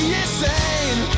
insane